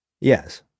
Yes